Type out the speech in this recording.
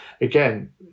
Again